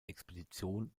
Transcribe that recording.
expedition